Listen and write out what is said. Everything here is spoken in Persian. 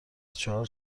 چهار